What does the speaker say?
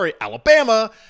Alabama